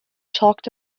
talked